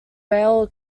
rail